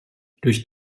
durch